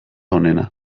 onena